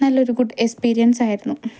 നല്ലൊരു ഗുഡ് എക്സ്പീരിയൻസായിരുന്നു